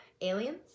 Aliens